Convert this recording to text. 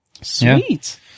Sweet